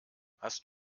hast